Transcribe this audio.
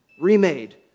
remade